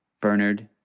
Bernard